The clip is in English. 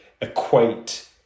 equate